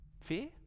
Fear